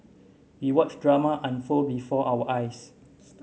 we watched drama unfold before our eyes